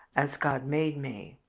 as god made me.